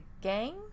gang